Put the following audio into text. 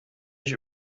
ich